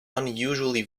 unusually